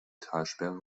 talsperre